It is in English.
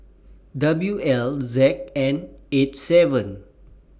W L Z N eight seven